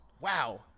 Wow